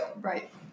Right